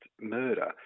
murder